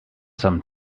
some